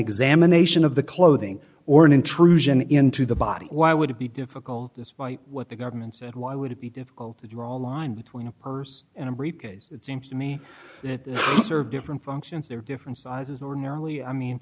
examination of the clothing or an intrusion into the body why would it be difficult despite what the government said why would it be difficult to draw a line between a purse and a briefcase it seems to me it served different functions there are different sizes ordinarily i mean